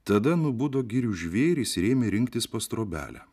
tada nubudo girių žvėrys ir ėmė rinktis pas trobelę